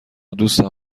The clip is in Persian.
دوستم